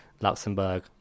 Luxembourg